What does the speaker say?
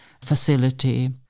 facility